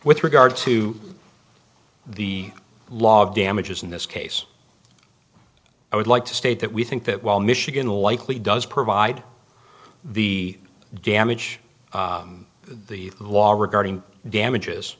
with regard to the law of damages in this case i would like to state that we think that while michigan likely does provide the damage the law regarding damages